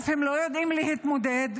הם לא יודעים להתמודד,